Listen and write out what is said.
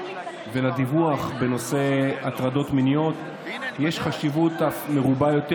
ולדיווח בנושא הטרדות מיניות יש חשיבת אף מרובה יותר